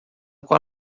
qual